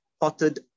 potted